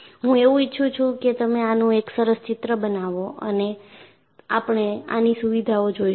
હું એવું ઈચ્છું છું કે તમે આનું એક સરસ ચિત્ર બનાવો અને આપણે આની સુવિધાઓ જોઈશું